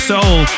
Soul